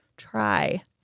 Try